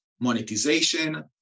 monetization